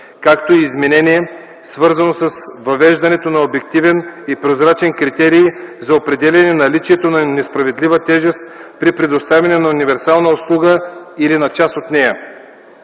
както и изменение, свързано с въвеждането на обективен и прозрачен критерий за определяне наличието на несправедлива тежест при предоставяне на универсална услуга или на част от нея.